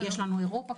יש לנו אירופה,